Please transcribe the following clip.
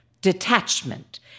detachment